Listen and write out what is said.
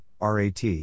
RAT